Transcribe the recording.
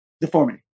deformity